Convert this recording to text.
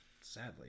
sadly